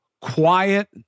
quiet